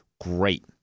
great